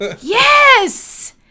Yes